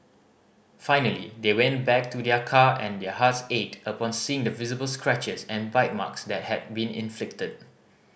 finally they went back to their car and their hearts ached upon seeing the visible scratches and bite marks that had been inflicted